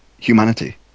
humanity